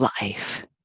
life